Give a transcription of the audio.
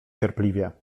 cierpliwie